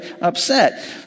upset